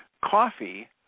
coffee